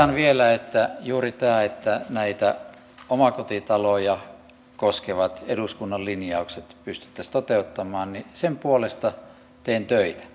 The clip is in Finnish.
totean vielä että juuri tämän puolesta että näitä omakotitaloja koskevat eduskunnan linjaukset pystyttäisiin toteuttamaan teen töitä